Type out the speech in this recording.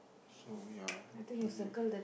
so ya so